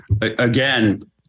Again